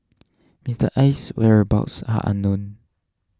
Mister Aye's whereabouts are unknown